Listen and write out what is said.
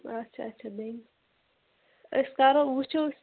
اَچھا اَچھا بیٚنہِ أسۍ کَرو وُچھو